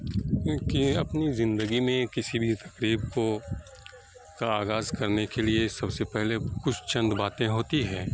کیوںکہ اپنی زندگی میں کسی بھی تقریب کو کا آغاز کرنے کے لیے سب سے پہلے کچھ چند باتیں ہوتی ہیں